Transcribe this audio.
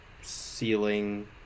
Ceiling